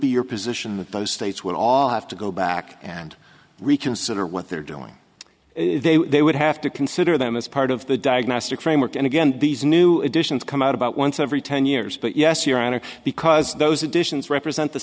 be your position that those states would all have to go back and reconsider what they're doing they would have to consider them as part of the diagnostic framework and again these new additions come out about once every ten years but yes your honor because those additions represent the